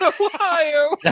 Ohio